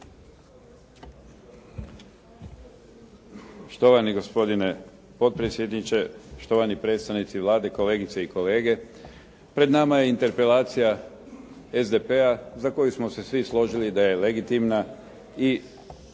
Štovani gospodine potpredsjedniče, štovani predstavnici Vlade, kolegice i kolege. Pred nama je interpelacija SDP-a za koju smo se svi složili da je legitimna i